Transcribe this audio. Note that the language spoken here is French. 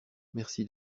merci